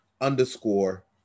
underscore